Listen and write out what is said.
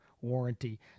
warranty